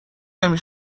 نمی